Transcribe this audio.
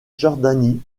jordanie